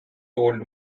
old